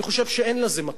אני חושב שאין לזה מקום.